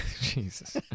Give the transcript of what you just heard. Jesus